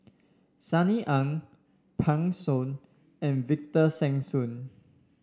Sunny Ang Pan Shou and Victor Sassoon